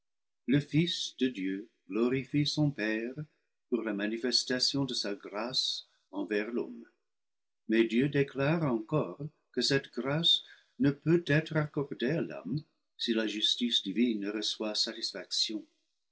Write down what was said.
fils de dieu glorifie son père pour la manifestation de sa grâce envers l'homme mais dieu déclare encore que cette grâce ne peut être accordée à l'homme si la justice divine ne reçoit